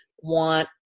want